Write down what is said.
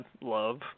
love